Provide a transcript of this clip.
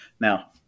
Now